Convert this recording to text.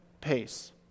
pace